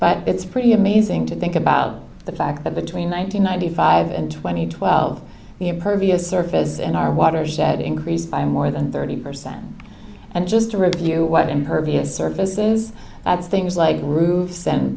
but it's pretty amazing to think about the fact that between one thousand nine hundred five and twenty twelve the impervious surface in our watershed increased by more than thirty percent and just to review what impervious surfaces things like roofs and